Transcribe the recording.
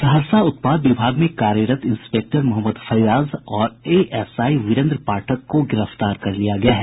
सहरसा उत्पाद विभाग में कार्यरत इंस्पेक्टर मोहम्मद फैयाज और एएसआई वीरेन्द्र पाठक को गिरफ्तार कर लिया गया है